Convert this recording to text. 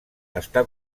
està